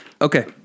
Okay